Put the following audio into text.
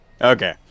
Okay